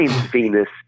Venus